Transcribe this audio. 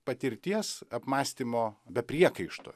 patirties apmąstymo be priekaišto